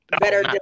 Better